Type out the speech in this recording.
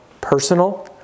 Personal